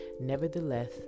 Nevertheless